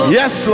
yes